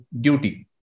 duty